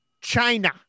China